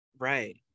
Right